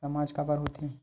सामाज काबर हो थे?